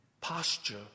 posture